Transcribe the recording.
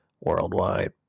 worldwide